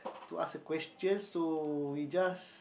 to ask a question so we just